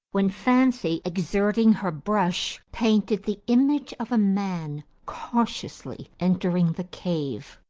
when fancy, exerting her brush, painted the image of a man cautiously entering the cave,